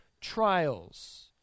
trials